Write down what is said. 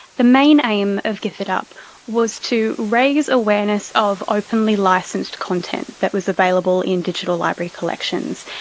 the main aim of gifitup was to raise awareness of openly licensed content that was available in digital library collections.